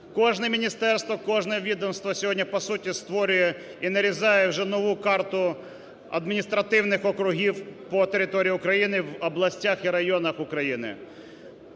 Кожне міністерство, кожне відомство сьогодні по суті створює і нарізає вже нову карту адміністративних округів по території України в областях і районах України.